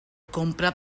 compra